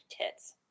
tits